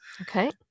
Okay